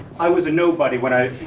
i was a nobody when i